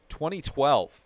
2012